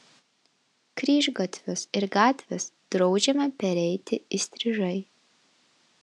kryžgatvius ir gatves draudžiama pereiti įstrižai